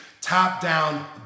top-down